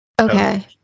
Okay